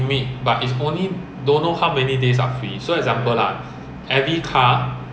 twenty days not twenty times ah that's it